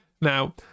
Now